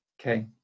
okay